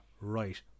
right